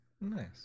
Nice